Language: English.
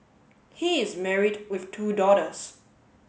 he is married with two daughters